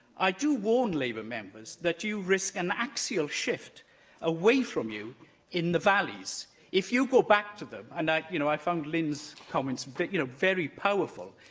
i do warn labour members that you risk an axial shift away from you in the valleys if you go back to them and i you know i found lynne's comments you know very powerful.